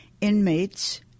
Inmates